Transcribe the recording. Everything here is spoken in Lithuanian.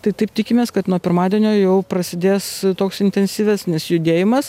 tai taip tikimės kad nuo pirmadienio jau prasidės toks intensyvesnis judėjimas